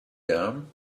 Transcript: down